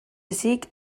ezik